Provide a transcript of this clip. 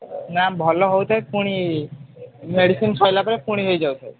ନା ଭଲ ହେଉଥାଏ ପୁଣି ମେଡ଼ିସିନ୍ ସରିଲା ପରେ ପୁଣି ହେଇ ଯାଉଥାଏ